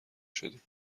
شدیم